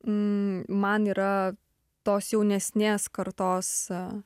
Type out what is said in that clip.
man yra tos jaunesnės kartos